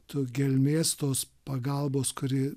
tos gelmės tos pagalbos kuri